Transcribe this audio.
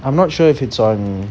I'm not sure if it's on